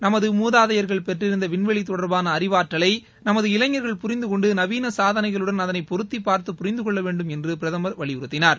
நமது மூதாதையர்கள் பெற்றிருந்த விண்வெளி தொடர்பான அறிவாற்றலை நமது இளைஞர்கள் புரிந்து கொண்டு நவீன சாதனைகளுடன் அதனை பொருத்திப் பார்த்து புரிந்து கொள்ள வேண்டும் என்று பிரதமர் வலியுறுத்தினார்